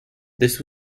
this